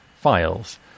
files